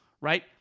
right